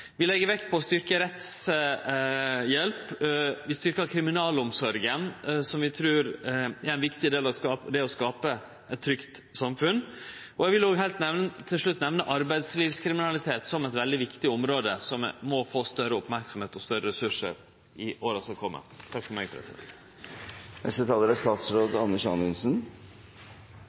Vi legg vekt på å styrkje rettshjelpa. Vi styrkjer kriminalomsorga, som vi trur er ein viktig del av det å skape eit trygt samfunn. Eg vil heilt til slutt òg nemne arbeidslivskriminalitet som eit veldig viktig område som må få større merksemd og meir ressursar i åra som kjem. Statsråd Jeg har lyst til å starte dette budsjettinnlegget på en litt utradisjonell måte, for